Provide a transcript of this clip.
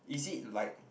is it like